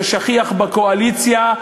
זה שכיח בקואליציה,